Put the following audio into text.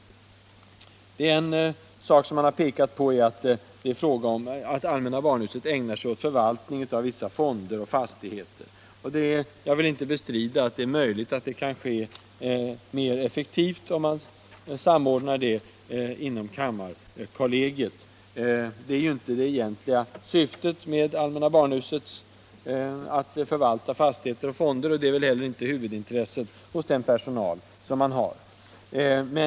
En sak som det har pekats på är att allmänna barnhuset ägnar sig åt förvaltning av vissa fonder och fastigheter. Jag vill inte bestrida att det möjligen kan bli mera effektivt om man samordnar det inom kammarkollegiet. Men det är ju inte det egentliga syftet med allmänna barnhuset att man skall förvalta fastigheter och fonder, och det är väl heller inte huvudintresset hos den personal som man har där.